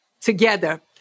together